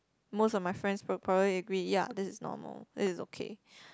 most of my friends would probably agree ya this is normal this is okay